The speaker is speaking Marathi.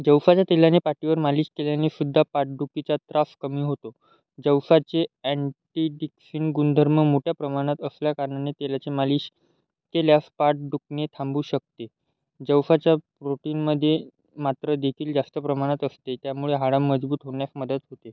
जवसाच्या तेलाने पाठीवर मालिश केल्यानेसुद्धा पाठदुखीचा त्रास कमी होतो जवसाचे अँटी जिक्सिन गुणधर्म मोठ्या प्रमाणात असल्या कारणाने तेलाची मालिश केल्यास पाठ दुखणे थांबू शकते जवसाच्या प्रोटीनमध्ये मात्रादेखील जास्त प्रमाणात असते त्यामुळे हाडं मजबूत होण्यास मदत होते